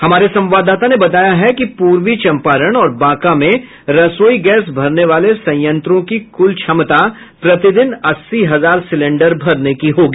हमारे संवाददाता ने बताया कि पूर्वी चम्पारण और बांका में रसोई गैस भरने वाले संयंत्रों की कुल क्षमता प्रतिदिन अस्सी हजार सिलेंडर भरने की होगी